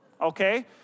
okay